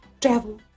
travel